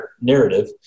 narrative